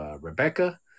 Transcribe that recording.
Rebecca